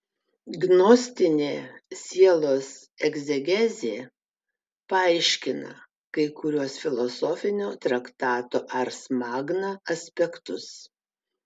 gnostinė sielos egzegezė paaiškina kai kuriuos filosofinio traktato ars magna aspektus